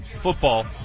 football